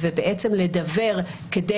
ובעצם לדוור כדי